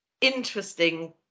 interesting